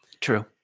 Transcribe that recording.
True